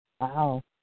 wow